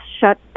shut